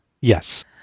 Yes